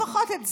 לפחות את זה,